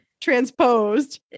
transposed